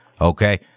Okay